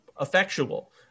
effectual